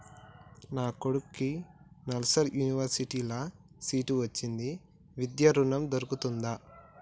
నా కొడుకుకి నల్సార్ యూనివర్సిటీ ల సీట్ వచ్చింది విద్య ఋణం దొర్కుతదా?